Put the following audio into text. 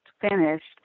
finished